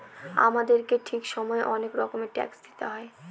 আমাদেরকে ঠিক সময়ে অনেক রকমের ট্যাক্স দিতে হয়